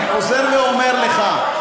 אני חוזר ואומר לך,